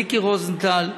מיקי רוזנטל,